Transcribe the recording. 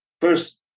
first